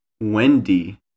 Wendy